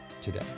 today